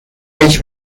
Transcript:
ich